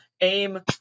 aim